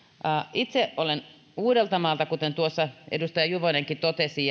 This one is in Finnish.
itse olen uudeltamaalta kuten tuossa edustaja juvonenkin totesi